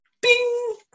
Bing